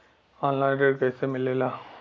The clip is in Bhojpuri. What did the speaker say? ऑनलाइन ऋण कैसे मिले ला?